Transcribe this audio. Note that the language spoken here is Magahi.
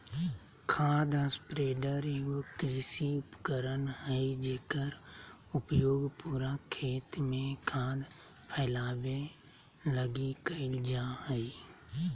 खाद स्प्रेडर एगो कृषि उपकरण हइ जेकर उपयोग पूरा खेत में खाद फैलावे लगी कईल जा हइ